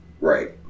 Right